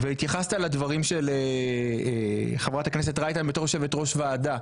והתייחסת לדברים של חברת הכנסת רייטן בתור יושבת ראש ועדה.